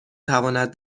تواند